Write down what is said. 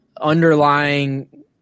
underlying